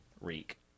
Reek